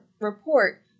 report